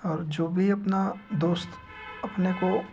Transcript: और जो भी अपना दोस्त अपने को